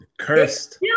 Cursed